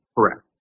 Correct